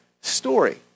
story